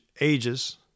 ages